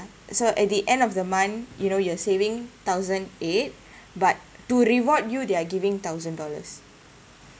so at the end of the month you know you are saving thousand eight but to reward you they're giving thousand dollars